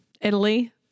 Italy